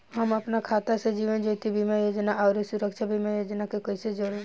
हम अपना खाता से जीवन ज्योति बीमा योजना आउर सुरक्षा बीमा योजना के कैसे जोड़म?